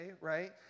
right